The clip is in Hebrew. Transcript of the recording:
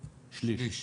שליש,